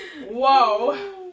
Whoa